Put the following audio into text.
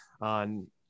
on